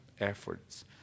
efforts